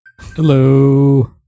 Hello